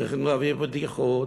צריכים להביא בטיחות,